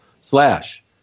slash